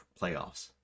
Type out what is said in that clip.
playoffs